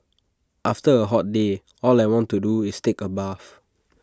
after A hot day all I want to do is take A bath